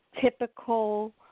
typical